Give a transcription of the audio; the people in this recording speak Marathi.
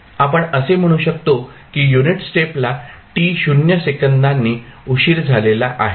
आपण असे म्हणू शकतो की युनिट स्टेपला t0 सेकंदांनी उशीर झालेला आहे